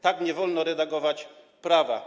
Tak nie wolno redagować prawa.